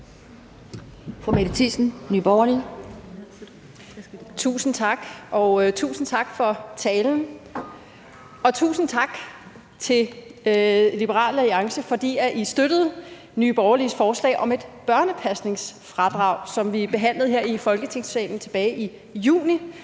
Mette Thiesen (NB): Tusind tak, og tusind tak for talen, og tusind tak til Liberal Alliance, fordi I støttede Nye Borgerliges forslag om et børnepasningsfradrag, som vi behandlede her i Folketingssalen tilbage i juni.